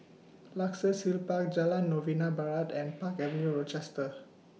Luxus Hill Park Jalan Novena Barat and Park Avenue Rochester